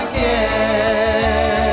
Again